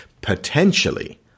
Potentially